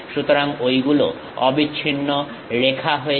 সুতরাং ঐগুলো অবিচ্ছিন্ন রেখা হয়েছে